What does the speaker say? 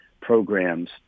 programs